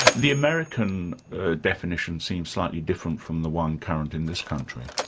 the american definition seems slightly different from the one current in this country.